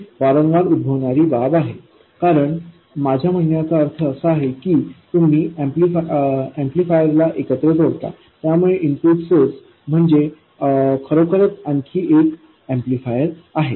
ही वारंवार उद्भवणारी बाब आहे कारण माझ्या म्हणण्याचा अर्थ असा आहे की तुम्ही ऍम्प्लिफायरस ला एकत्र जोडता त्यामुळे इनपुट सोर्स म्हणजे खरोखरच आणखी एक ऍम्प्लिफायर आहे